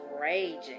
raging